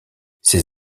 ses